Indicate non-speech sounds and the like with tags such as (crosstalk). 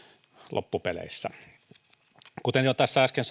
loppupeleissä kuten jo tässä äsken (unintelligible)